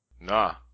Nah